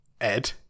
Ed